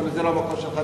זה לא המקום שלך,